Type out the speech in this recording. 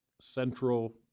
central